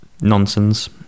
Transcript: nonsense